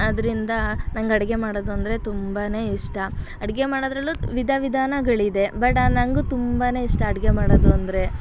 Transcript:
ಆದ್ದರಿಂದ ನಂಗೆ ಅಡುಗೆ ಮಾಡೋದು ಅಂದರೆ ತುಂಬನೇ ಇಷ್ಟ ಅಡುಗೆ ಮಾಡೋದರಲ್ಲೂ ವಿಧ ವಿಧಾನಗಳಿದೆ ಬಟ್ ಆ ನನಗೂ ತುಂಬನೇ ಇಷ್ಟ ಅಡುಗೆ ಮಾಡೋದು ಅಂದರೆ